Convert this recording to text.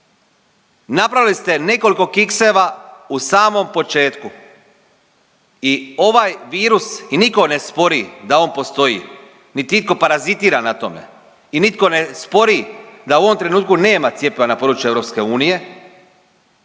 Napravili ste nekoliko kikseva u samom početku i ovaj virus i niko ne spori da on postoji niti iko parazitira na tome i nitko ne spori da u ovom trenutku nema cjepiva na području EU